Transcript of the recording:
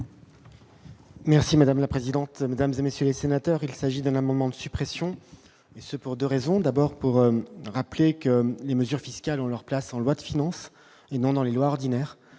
Merci madame la présidente, mesdames et messieurs les sénateurs, il s'agit d'un amendement de suppression et ce pour 2 raisons : d'abord pour rappeler que les mesures fiscales ont leur place en loi de finances, inondant les lois ordinaires,